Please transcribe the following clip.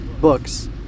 books